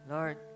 Lord